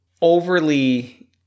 overly